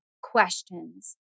questions